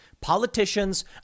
politicians